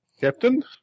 Captain